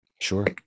Sure